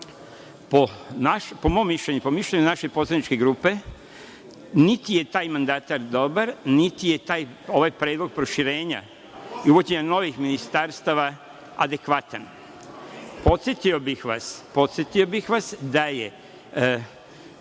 Po mom mišljenju, po mišljenju naše poslaničke grupe, niti je taj mandatar dobar, niti je ovaj predlog proširenja i uvođenja novih ministarstava adekvatan. Podsetio bih vas da je